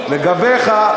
לגביך,